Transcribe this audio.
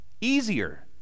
easier